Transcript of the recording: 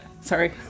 sorry